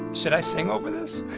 should i sing over this?